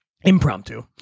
Impromptu